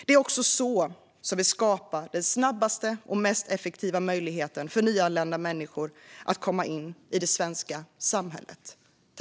Det är också så vi skapar den snabbaste och mest effektiva möjligheten för nyanlända människor att komma in i det svenska samhället.